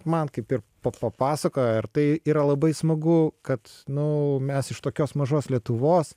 man kaip ir pa papasakojo ir tai yra labai smagu kad nu mes iš tokios mažos lietuvos